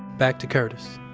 back to curtis